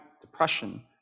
depression